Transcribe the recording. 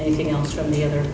anything else from the other